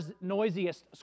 noisiest